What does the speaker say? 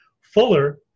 Fuller